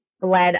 bled